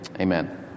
Amen